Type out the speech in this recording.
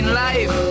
life